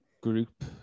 group